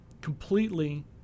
completely